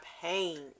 pain